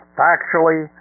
factually